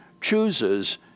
chooses